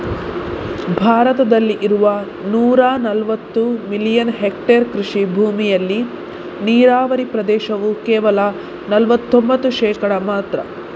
ಭಾರತದಲ್ಲಿ ಇರುವ ನೂರಾ ನಲವತ್ತು ಮಿಲಿಯನ್ ಹೆಕ್ಟೇರ್ ಕೃಷಿ ಭೂಮಿಯಲ್ಲಿ ನೀರಾವರಿ ಪ್ರದೇಶವು ಕೇವಲ ನಲವತ್ತೊಂಭತ್ತು ಶೇಕಡಾ ಮಾತ್ರ